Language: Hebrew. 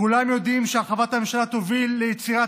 כולם יודעים שהרחבת הממשלה תוביל ליצירת